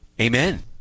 Amen